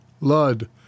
Lud